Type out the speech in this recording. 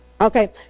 Okay